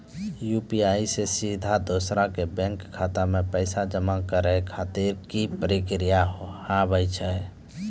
UPI से सीधा दोसर के बैंक खाता मे पैसा जमा करे खातिर की प्रक्रिया हाव हाय?